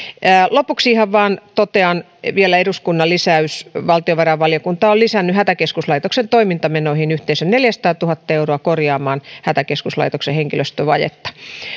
lopuksi ihan vain totean vielä eduskunnan lisäys että valtiovarainvaliokunta on lisännyt hätäkeskuslaitoksen toimintamenoihin yhteensä neljäsataatuhatta euroa korjaamaan hätäkeskuslaitoksen henkilöstövajetta